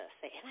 say